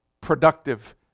productive